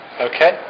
Okay